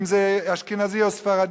אם זה אשכנזי או ספרדי,